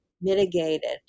mitigated